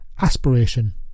aspiration